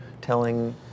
telling